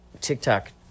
TikTok